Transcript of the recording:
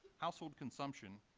household consumption,